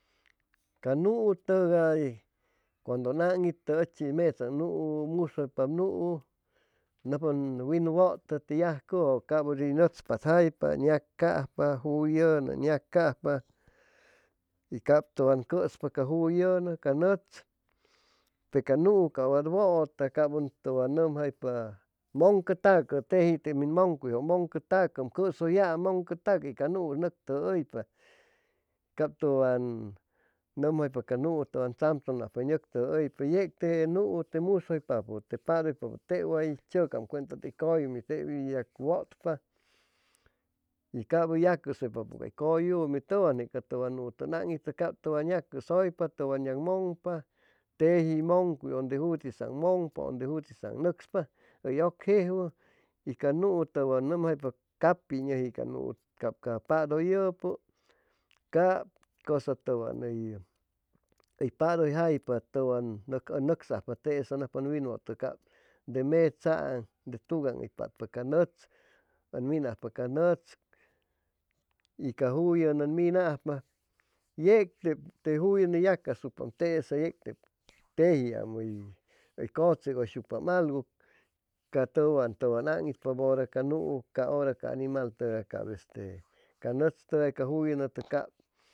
Ca nuu tʉgay cuando ʉn aŋ itʉ ʉchi metzaaŋ nuu musʉypap nuu nʉcspa ʉn winwʉto te yajcʉjʉ cap ʉdi nʉtz patzjaipa ʉŋ yacajpa juyʉnʉ ʉŋ yacajpa y cap tʉwan cʉspa ca juyʉnʉ ca nʉtz pe ca nuu cap wat wʉta cap tʉ wan nomjaypa mʉncʉtacʉ teji te min mʉncuy mʉŋcʉtacʉ ʉm cʉsʉyaam mʉŋcʉtacʉ y ca nuu hʉy nʉctʉjʉhʉypa cap tʉwan nʉmjaipa ca nuu tʉwan tzamtzamnya hʉy nʉctʉjʉhʉypa yec te nuu te musʉypapʉ te padʉypapʉ tep way tzʉcam cuenta tey cʉyumi tep hʉy yacwʉtpa y cap hʉy yacʉsʉypapʉ cay cʉyumi tʉwan ni ca tʉwan nuu ton aŋ itocap tʉwan yacʉsʉypa tʉ wan yacmoŋpa tejiy mʉŋcuy donde jutisaaŋ mʉŋpa donde jutisaaŋ nʉcspa hʉy ʉcjejwuʉ y ca nuu tʉwan nʉmjaipa capi hʉy nʉji can nuu cap ca padʉyʉpo y cap cosa tʉwan hʉy padʉyjaipa towan ʉn nʉcsajpa tesa nʉcspa on win wʉto de metzaaŋ de tugaaŋ hʉy patpaca nʉtz ʉn minajpa ca nʉtz y ca juyʉno on minajpa yec tep te juyʉnʉ hʉy yacasucpaam tesa yec tep tejiam hʉy hʉy cotzegʉysucpa algu ca tʉwan tʉwan haŋitpabora ca nuu ca hora ca animal tʉgay cap este ca notz tʉgay ca juyʉnʉ cap